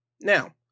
Now